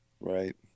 Right